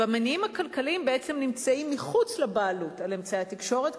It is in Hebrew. והמניעים הכלכליים נמצאים מחוץ לבעלות על אמצעי התקשורת,